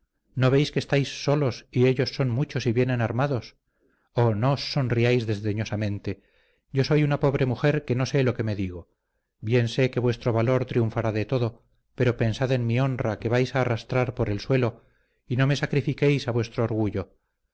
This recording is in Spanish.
no veis que estáis solos y ellos son muchos y vienen armados oh no os sonriáis desdeñosamente yo soy una pobre mujer que no sé lo que me digo bien sé que vuestro valor triunfará de todo pero pensad en mi honra que vais a arrastrar por el suelo y no me sacrifiquéis a vuestro orgullo